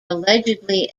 allegedly